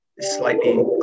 slightly